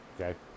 Okay